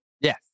Yes